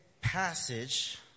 passage